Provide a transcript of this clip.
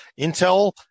Intel